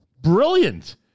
brilliant